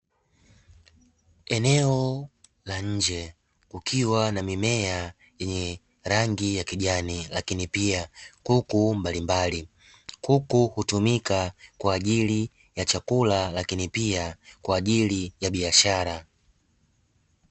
Eneo la nje kukiwa na mimea yenye rangi ya kijani lakini pia kuku mbalimbali. Kuku hutumika kwa ajili ya chakula lakini pia kwa ajili ya biashara.